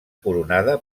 coronada